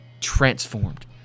transformed